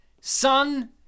son